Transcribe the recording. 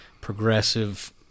progressive